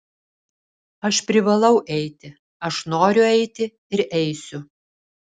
aš privalau eiti aš noriu eiti ir eisiu